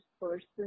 person